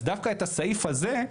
אז דווקא את הסיעף הזה,